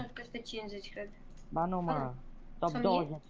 um constituency trevor manuel manuel doesn't alter